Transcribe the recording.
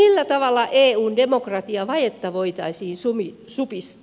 millä tavalla eun demokratiavajetta voitaisiin supistaa